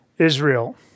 Israel